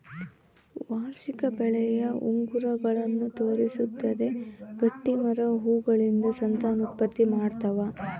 ವಾರ್ಷಿಕ ಬೆಳವಣಿಗೆಯ ಉಂಗುರಗಳನ್ನು ತೋರಿಸುತ್ತದೆ ಗಟ್ಟಿಮರ ಹೂಗಳಿಂದ ಸಂತಾನೋತ್ಪತ್ತಿ ಮಾಡ್ತಾವ